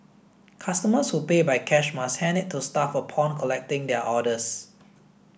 customers who pay by cash must hand it to staff upon collecting their orders